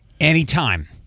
anytime